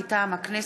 מטעם הכנסת,